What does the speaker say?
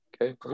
Okay